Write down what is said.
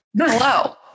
Hello